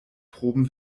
proben